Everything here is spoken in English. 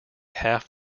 half